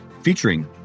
featuring